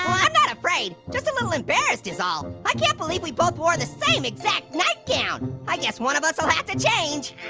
i'm not afraid, just a little embarrassed is all. i can't believe we both wore the same exact nightgown. i guess one of us will have to change.